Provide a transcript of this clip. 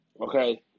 Okay